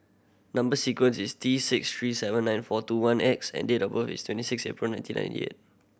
number sequence is T six three seven nine four two one X and date of birth is twenty six April nineteen ninety eight